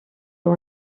are